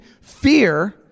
fear